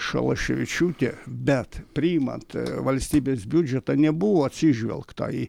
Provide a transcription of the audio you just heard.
šalaševičiūtę bet priimant valstybės biudžetą nebuvo atsižvelgta į